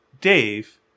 Dave